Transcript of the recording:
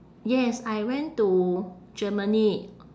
yes I went to germany